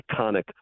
iconic